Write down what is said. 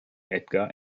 edgar